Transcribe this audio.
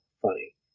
funny